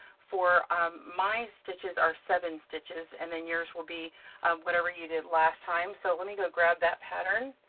for my stitches are seven stitches, and then yours will be whatever you did last time. so let me go grab that pattern.